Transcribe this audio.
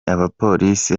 abapolisi